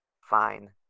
Fine